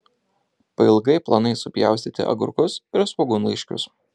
pailgai plonai supjaustyti agurkus ir svogūnlaiškius